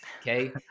Okay